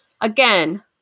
again